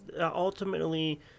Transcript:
ultimately